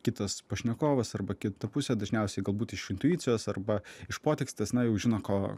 kitas pašnekovas arba kita pusė dažniausiai galbūt iš intuicijos arba iš potekstės na jau žino ko